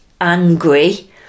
angry